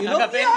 היא לא פגיעה.